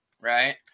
right